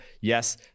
Yes